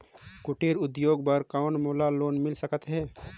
कुटीर उद्योग बर कौन मोला लोन मिल सकत हे?